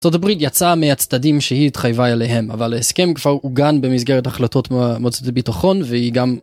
ארצות הברית יצאה מהצדדים שהיא התחייבה אליהם, אבל ההסכם כבר עוגן במסגרת החלטות מועצת הביטחון והיא גם.